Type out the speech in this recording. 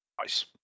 Nice